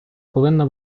повинна